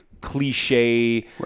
cliche